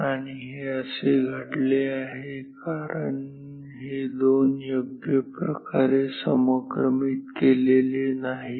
आणि हे घडले आहे कारण हे 2 योग्य प्रकारे समक्रमित केलेले नाहीत